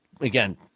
again